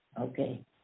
Okay